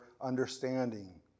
understanding